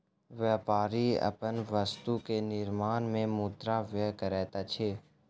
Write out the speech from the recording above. व्यापारी अपन वस्तु के निर्माण में मुद्रा व्यय करैत अछि